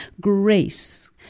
Grace